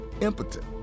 impotent